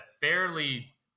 fairly